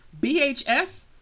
BHS